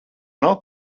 nav